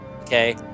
okay